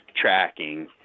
tracking